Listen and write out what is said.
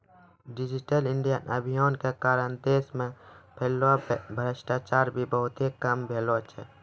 digital India अभियान के कारण देश मे फैल्लो भ्रष्टाचार भी बहुते कम भेलो छै